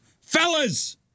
Fellas